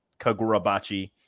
Kagurabachi